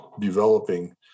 developing